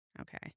okay